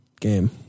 game